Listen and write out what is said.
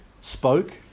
spoke